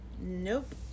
Nope